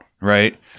right